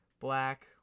black